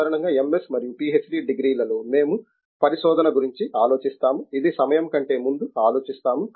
సాధారణంగా MS మరియు PhD డిగ్రీలలో మేము పరిశోధన గురించి ఆలోచిస్తాము ఇది సమయం కంటే ముందే ఆలోచిస్తాము